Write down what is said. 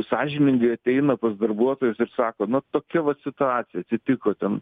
sąžiningai ateina pas darbuotojus ir sako nu vat tokia vat situacija atsitiko ten